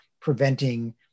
preventing